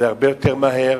זה הרבה יותר מהר,